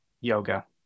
yoga